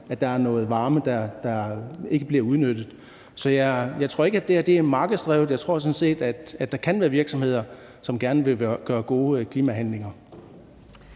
at der er noget varme, der ikke bliver udnyttet. Så jeg tror ikke, at det her er markedsdrevet. Jeg tror sådan set, at der kan være virksomheder, som gerne vil gøre gode klimahandlinger.